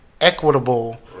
equitable